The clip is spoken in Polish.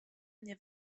nie